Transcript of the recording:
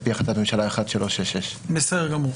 על פי החלטת הממשלה 1366. בסדר גמור.